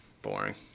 boring